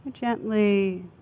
gently